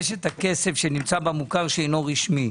יש הכסף שנמצא במוכר שאינו רשמי,